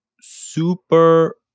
super